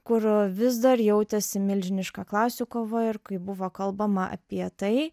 kur vis dar jautėsi milžiniška klasių kova ir kai buvo kalbama apie tai